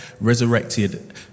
resurrected